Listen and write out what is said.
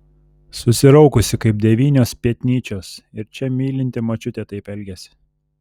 susiraukusi kaip devynios pėtnyčios ir čia mylinti močiutė taip elgiasi